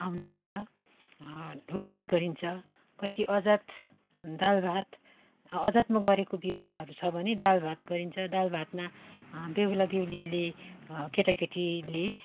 आउनु पर्छ ढोग भेट गरिन्छ कति अजात दाल भात अजातमा गरेको विवाहहरू छ भने दाल भात गरिन्छ दाल भातमा बेहुला बेहुलीले केटा केटीले